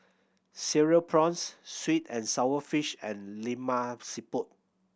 Cereal Prawns sweet and sour fish and Lemak Siput